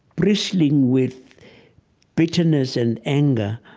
bristling with bitterness and anger,